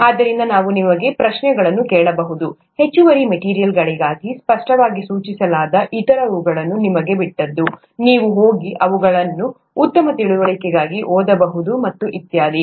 ಅದರಿಂದ ನಾವು ನಿಮಗೆ ಪ್ರಶ್ನೆಗಳನ್ನೂ ಕೇಳಬಹುದು ಹೆಚ್ಚುವರಿ ಮೆಟೀರಿಯಲ್ಗಳಾಗಿ ಸ್ಪಷ್ಟವಾಗಿ ಸೂಚಿಸಲಾದ ಇತರವುಗಳು ನಿಮಗೆ ಬಿಟ್ಟಿದ್ದು ನೀವು ಹೋಗಿ ಅವುಗಳನ್ನು ಉತ್ತಮ ತಿಳುವಳಿಕೆಗಾಗಿ ಓದಬಹುದು ಮತ್ತು ಇತ್ಯಾದಿ